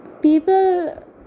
people